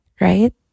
Right